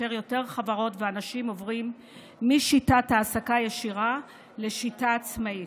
ויותר חברות ואנשים עוברים משיטת העסקה ישירה לשיטה עצמאית.